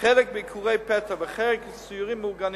חלק ביקורי פתע וחלק סיורים מאורגנים,